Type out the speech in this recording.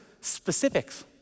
specifics